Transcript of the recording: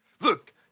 Look